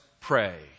pray